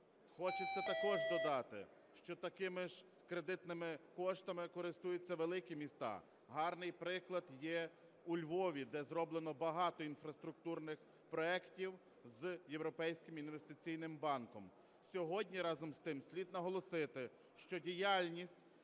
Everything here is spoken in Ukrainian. Хочеться також додати, що такими ж кредитними коштами користуються великі міста. Гарний приклад є у Львові, де зроблено багато інфраструктурних проектів з Європейським інвестиційним банком. Сьогодні, разом з тим, слід наголосити, що діяльність